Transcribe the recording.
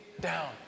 down